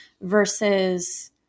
versus